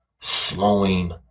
slowing